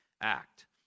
act